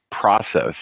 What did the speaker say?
process